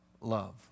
love